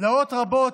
תלאות רבות,